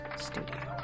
Studio